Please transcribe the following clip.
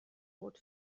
بٌرد